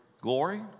glory